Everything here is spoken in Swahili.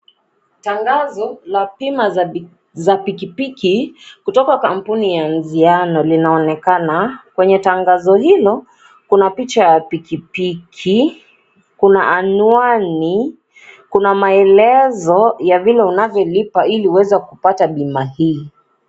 Tangazo za bima za pikipiki kutoka kampuni ya Anziano linaonekana kwenye tangazo hilo kuna picha ya pikipiki kuna anwani, kuna maelezo ya vile unavyo lipa hili uweze kupata bima hii.